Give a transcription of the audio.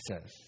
says